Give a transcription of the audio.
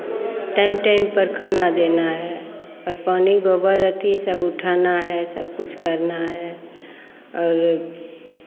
time time पर खाना देना है और पानी गोबर अथि सब उठाना है सब कुछ करना है और